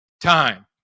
time